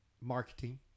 Marketing